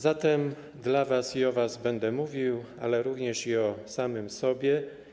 Zatem dla was i o was będę mówił, ale również i o samym sobie.